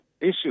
issue